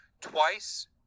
twice